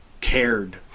cared